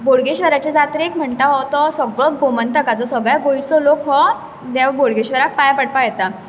बोडगेश्र्वराचे जात्रेक म्हणटात हो तो सगळ्या गोमंतकाचो सगळ्या गोंयचो लोक हो देव बोडगेश्र्वराक पांय पडपाक येता